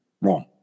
Wrong